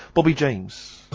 bobby james